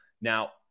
Now